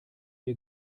ihr